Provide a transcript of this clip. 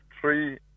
three